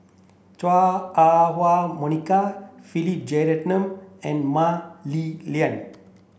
Chua Ah Huwa Monica Philip Jeyaretnam and Mah Li Lian